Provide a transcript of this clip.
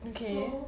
okay